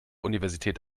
universität